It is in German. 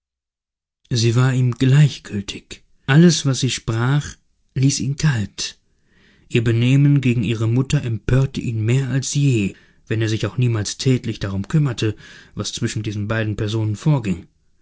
sie war ihm gleichgültig alles was sie sprach ließ ihn kalt ihr benehmen gegen ihre mutter empörte ihn mehr als je wenn er sich auch niemals tätlich darum kümmerte was zwischen diesen beiden personen vorging